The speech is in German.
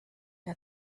der